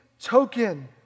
token